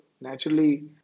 naturally